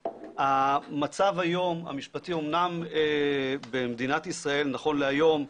המצב המשפטי היום אמנם במדינת ישראל, נכון להיום,